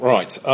Right